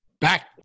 back